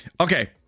Okay